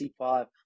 C5